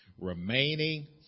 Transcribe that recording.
Remaining